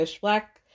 black